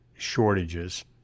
shortages